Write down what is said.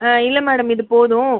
ஆ இல்லை மேடம் இது போதும்